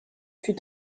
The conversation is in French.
fut